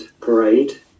Parade